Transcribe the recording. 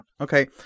Okay